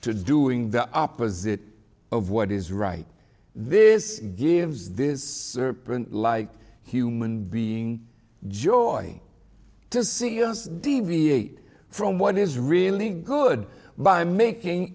to doing the opposite of what is right this gives this like human being joy to see us deviate from what is really good by making